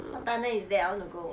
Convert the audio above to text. what tunnel is that I want to go